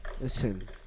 Listen